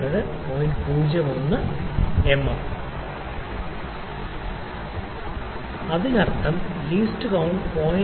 01 mm അതിനർത്ഥം least count 0